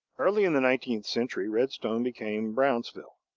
early in the nineteenth century, redstone became brownsville.